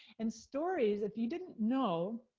and stories, if you didn't know,